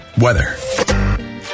Weather